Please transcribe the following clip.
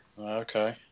Okay